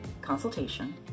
consultation